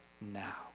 now